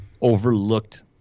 overlooked